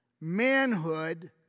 Manhood